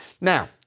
Now